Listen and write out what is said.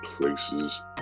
places